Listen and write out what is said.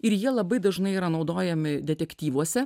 ir jie labai dažnai yra naudojami detektyvuose